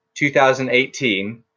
2018